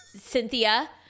Cynthia